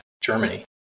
Germany